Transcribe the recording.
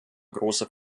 große